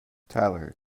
tyler